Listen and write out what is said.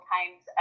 Times